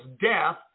Death